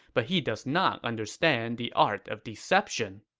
but he does not understand the art of deception.